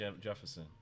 Jefferson